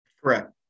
Correct